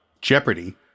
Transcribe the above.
Jeopardy